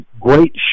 great